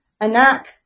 Anak